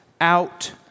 out